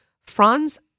Franz